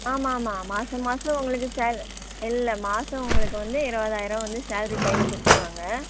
ஆமாம் ஆமாம் மாதம் மாதம் உங்களுக்கு சேல் இல்லை மாதம் உங்களுக்கு வந்து இருவதாயரூவா வந்து சால்ரி கையில் கொடுத்துருவாங்க